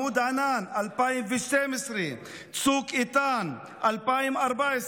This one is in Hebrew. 2009-2008, עמוד ענן, 2012, צוק איתן, 2014,